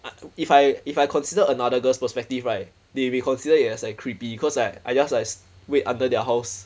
I if I if I considered another girl's perspective right they may consider it as like creepy cause like I just like wait under their house